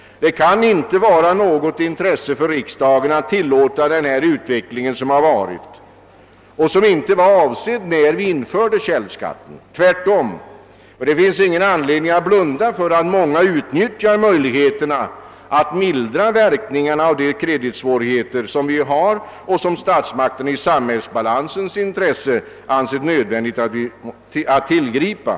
Det kan inte vara något intresse för riksdagen att tillåta en sådan utveckling som har ägt rum och som inte var avsedd när vi införde källskatten. Det finns ingen anledning att blunda för att många utnyttjar möjligheterna att mildra verkningarna av de kreditbegränsningar som statsmakterna i samhällsbalansens intresse ansett det nödvändigt att tillgripa.